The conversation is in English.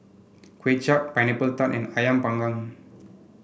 Kway Chap Pineapple Tart and ayam panggang